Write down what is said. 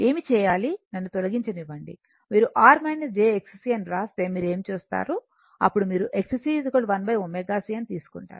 ఏమీ చేయాలి నన్ను తొలగించనివ్వండి మీరు R j Xc అని వ్రాస్తే మీరు ఏమి చేస్తారు అప్పుడు మీరు Xc 1ωc అని తీసుకుంటారు